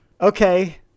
Okay